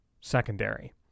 secondary